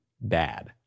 bad